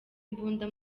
imbunda